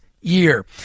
year